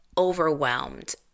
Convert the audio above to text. overwhelmed